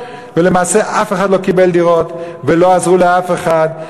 ולמעשה אף אחד לא קיבל דירות ולא עזרו לאף אחד.